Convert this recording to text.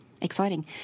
exciting